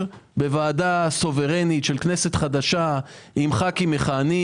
בוועדה סוברנית של כנסת חדשה עם ח"כים מכהנים,